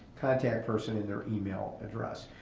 contact person, and their email address.